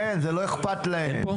אין, זה לא אכפת להם.